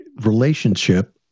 relationship